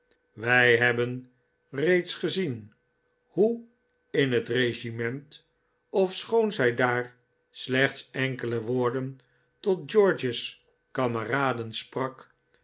wij hebben reeds gezien hoe in het regiment ofschoon zij daar slechts enkele woorden tot george's kameraden sprak